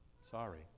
Sorry